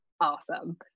awesome